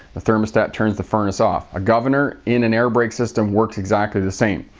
the thermostat turns the furnace off. a governor in an airbrake system works exactly the same.